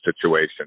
situation